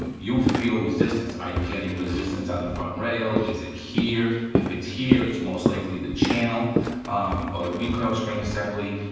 um you'll feel resistance. are you getting resistance on the front rail, is it here? if it's here it's most likely the channel or the recoil spring assembly.